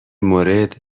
مورد